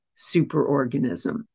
superorganism